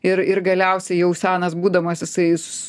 ir ir galiausiai jau senas būdamas jisai s